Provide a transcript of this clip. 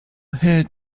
hate